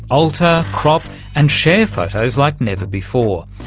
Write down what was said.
alter, crop and share photos like never before.